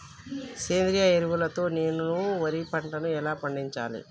సేంద్రీయ ఎరువుల తో నేను వరి పంటను ఎలా పండించాలి?